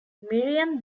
miriam